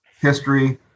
history